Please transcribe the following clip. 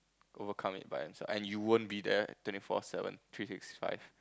overcome it by himself and you won't be there twenty four seven three six five